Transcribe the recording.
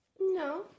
no